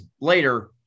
later